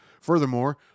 Furthermore